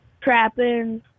trapping